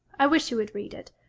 i wish you would read it.